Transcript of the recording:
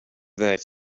that